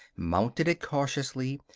mounted it cautiously,